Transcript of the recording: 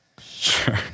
Sure